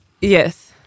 Yes